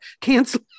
cancel